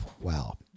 Wow